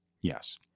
yes